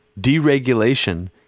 deregulation